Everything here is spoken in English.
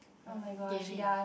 !huh! gaming ah